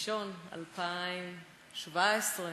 1 בינואר 2017,